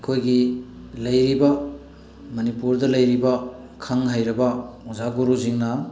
ꯑꯩꯈꯣꯏꯒꯤ ꯂꯩꯔꯤꯕ ꯃꯅꯤꯄꯨꯔꯗ ꯂꯩꯔꯤꯕ ꯈꯪ ꯍꯩꯔꯕ ꯑꯣꯖꯥ ꯒꯨꯔꯨꯁꯤꯡꯅ